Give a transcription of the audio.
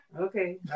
Okay